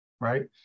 right